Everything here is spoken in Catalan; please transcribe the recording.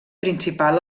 principal